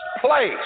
place